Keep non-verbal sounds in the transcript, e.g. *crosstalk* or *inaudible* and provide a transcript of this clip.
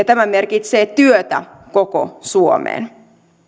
*unintelligible* tämä merkitsee työtä koko suomeen